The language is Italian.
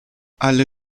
alle